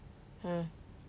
hmm